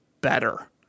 better